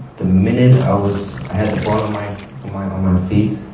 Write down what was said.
the minute i was, i had the bottom line line on my feet,